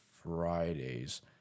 Fridays